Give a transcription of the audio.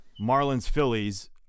Marlins-Phillies